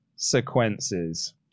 Sequences